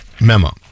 memo